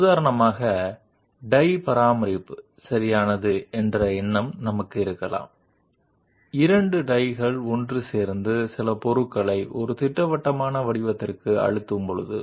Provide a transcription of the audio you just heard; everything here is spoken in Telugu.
ఉదాహరణకు మనం డై సర్ఫేస్ల యొక్క ముద్రను కలిగి ఉండవచ్చు రెండు డైలు ఒకదానికొకటి వచ్చినప్పుడు మరియు నిర్దిష్ట ఆకృతికి ఏదైనా పదార్థాన్ని నొక్కినప్పుడు మనకు డైస్ అనే ముద్ర ఉంటుంది